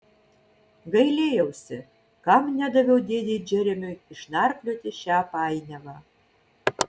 gailėjausi kam nedaviau dėdei džeremiui išnarplioti šią painiavą